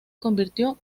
convirtió